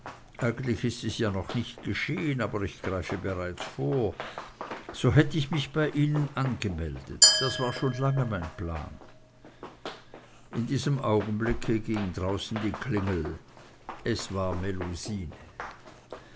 ist es ja noch nicht geschehn aber ich greife bereits vor so hätt ich mich bei ihnen angemeldet das war schon lange mein plan in diesem augenblicke ging draußen die klingel es war